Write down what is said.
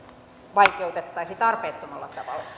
vaikeutettaisi tarpeettomalla